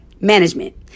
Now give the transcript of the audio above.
Management